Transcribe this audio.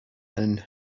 and